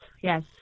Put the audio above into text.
yes